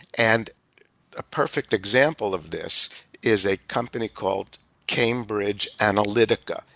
and a perfect example of this is a company called cambridge analytica.